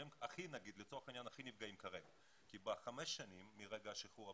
שהם לצורך העניין נאמר הנפגעים ביותר כרגע כי בחמש השנים מרגע השחרור,